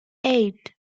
eight